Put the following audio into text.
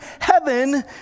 heaven